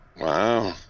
Wow